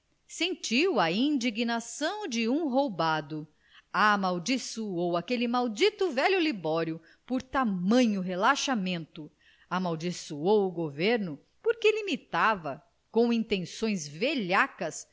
sentiu a indignação de um roubado amaldiçoou aquele maldito velho libório por tamanho relaxamento amaldiçoou o governo porque limitava com intenções velhacas